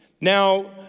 Now